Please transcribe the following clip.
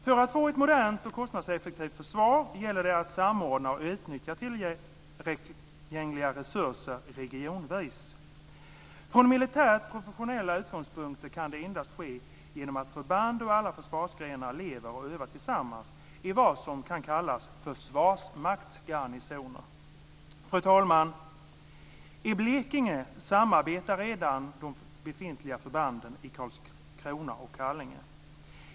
För att få ett modernt och kostnadseffektivt försvar gäller det att samordna och utnyttja tillgängliga resurser regionvis. Från militärt professionella utgångspunkter kan det endast ske genom att förband ur alla försvarsgrenar lever och övar tillsammans i vad som kan kallas försvarsmaktsgarnisoner. Fru talman! I Blekinge samarbetar redan de befintliga förbanden i Karlskrona och Kallinge.